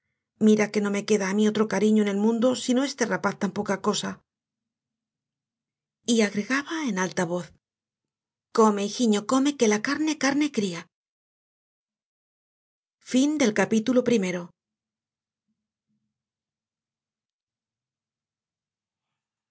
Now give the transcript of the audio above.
mira que no me queda á mi otro cariño en el mundo sino este rapaz tan poca cosa y agregaba en alta voz come hijiño come que la carne carne cría